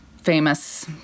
famous